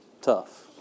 tough